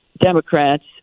Democrats